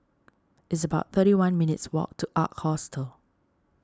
it's about thirty one minutes' walk to Ark Hostel